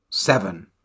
Seven